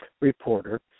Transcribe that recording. reporter